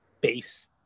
base